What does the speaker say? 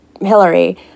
Hillary